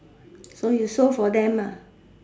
so you sew for them